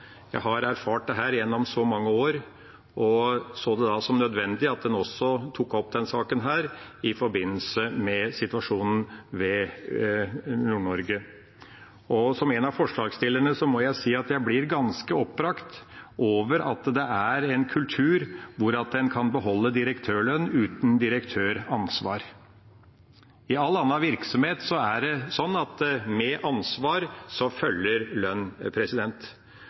jeg tar ordet, er at jeg har erfart dette gjennom mange år og så det som nødvendig at en også tok opp denne saken i forbindelse med situasjonen i Nord-Norge. Som en av forslagsstillerne må jeg si jeg blir ganske oppbrakt over at det er en kultur hvor en kan beholde direktørlønn uten direktøransvar. I all annen virksomhet er det sånn at med ansvar følger lønn.